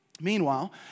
meanwhile